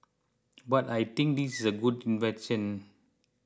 but I think this is a good invention